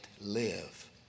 live